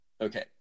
Okay